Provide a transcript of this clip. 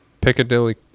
Piccadilly